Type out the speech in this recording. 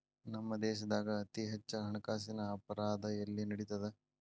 ನಮ್ಮ ದೇಶ್ದಾಗ ಅತೇ ಹೆಚ್ಚ ಹಣ್ಕಾಸಿನ್ ಅಪರಾಧಾ ಎಲ್ಲಿ ನಡಿತದ?